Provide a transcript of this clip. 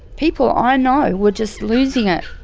people i know were just losing it.